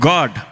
God